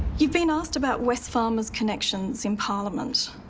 you've been asked about wesfarmers' connections in parliament.